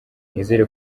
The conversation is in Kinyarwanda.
nizera